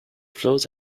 flows